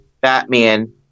Batman